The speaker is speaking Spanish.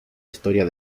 historia